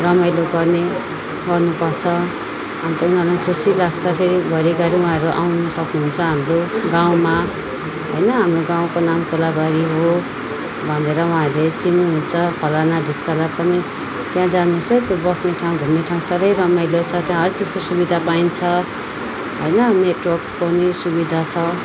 रमाइलो गर्ने गर्नुपर्छ अन्त उनीहरूलाई खुसी लाग्छ फेरि भोलिका दिन उहाँहरू आउनु सक्नुहुन्छ हाम्रो गाउँमा होइन हाम्रो गाउँको नाम कोलाबारी हो भनेर उहाँहरूले चिन्नुहुन्छ फलाना ढिस्कालाई पनि त्यहाँ जानुहोस् है त्यो बस्ने ठाउँ घुम्ने ठाउँ साह्रै रमाइलो छ त्यहाँ हर चिजको सुविधा पाइन्छ होइन नेटवर्क पनि सुविधा छ